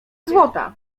złota